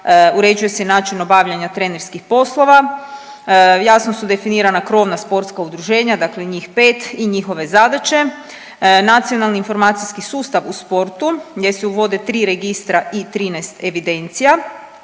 uređuje se način obavljanja trenerskih poslova, jasno su definirana krovna sportska udruženja, dakle njih 5 i njihove zadaće. Nacionalni informacijski sustav u sportu gdje se uvode 3 registra i 13 evidencija.